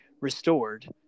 restored